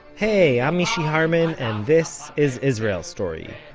hey, i'm mishy harman, and this is israel story.